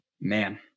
man